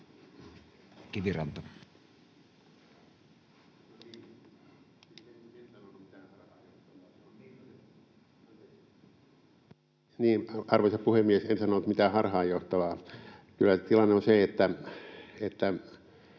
Arvoisa puhemies! En sanonut mitään harhaanjohtavaa. Kyllä tilanne on se, että